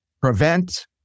prevent